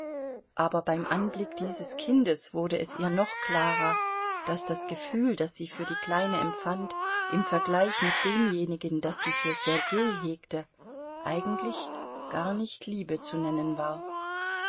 aber beim anblick dieses kindes wurde es ihr noch klarer daß das gefühl das sie für die kleine empfand im vergleich mit demjenigen das sie für sergei hegte eigentlich gar nicht liebe zu nennen war